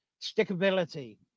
stickability